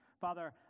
Father